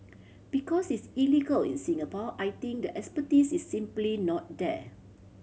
because it's illegal in Singapore I think the expertise is simply not there